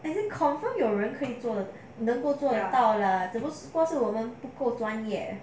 as it confirm 有人可以做的能够做到了怎么不是我们不够专业